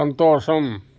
సంతోషం